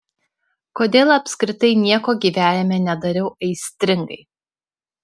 kodėl apskritai nieko gyvenime nedariau aistringai